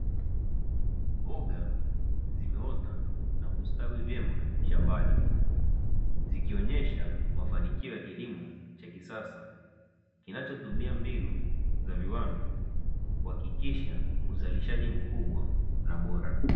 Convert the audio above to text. Mboga zimeota na kustawi vyema shambani, zikionyesha mafanikio ya kilimo cha kisasa kinachotumia mbinu za viwanda kuhakikisha uzalishaji mkubwa na bora.